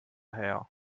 her